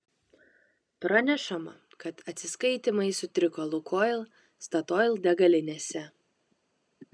pranešama kad atsiskaitymai sutriko lukoil statoil degalinėse